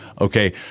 Okay